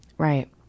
Right